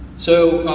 so,